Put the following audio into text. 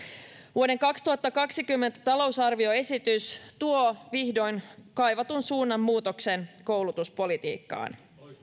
vuoden kaksituhattakaksikymmentä talousarvioesitys tuo vihdoin kaivatun suunnanmuutoksen koulutuspolitiikkaan